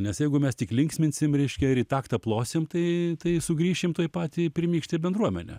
nes jeigu mes tik linksminsim reiškia ir į taktą plosim tai tai sugrįšim tuoj pat į pirmykštę bendruomenę